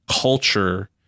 culture